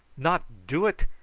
not do it?